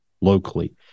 locally